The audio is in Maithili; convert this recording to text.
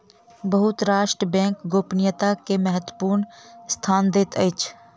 बहुत राष्ट्र बैंक गोपनीयता के महत्वपूर्ण स्थान दैत अछि